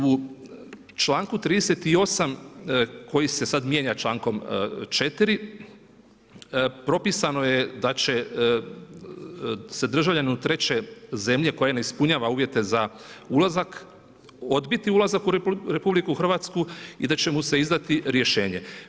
U čl.38. koji se sada mijenja čl.4. propisano je da će se državljanu treće zemlje, koja ne ispunjava uvjete za ulazak odbiti ulazak u RH i da će mu se izdati rješenje.